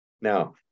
Now